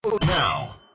now